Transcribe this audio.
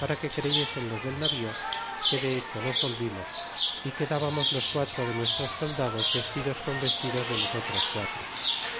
para que creyesen los del navío que de hecho nos volvimos y quedábamos los quatro de nuestros soldados vestidos los vestidos de los otros quatro